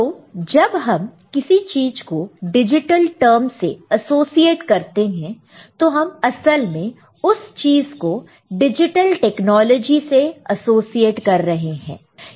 तो जब हम किसी चीज को डिजिटल टर्म से एसोसिएट करते हैं तो हम असल में उस चीज को डिजिटल टेक्नोलॉजी से एसोसिएट कर रहे हैं